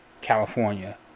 California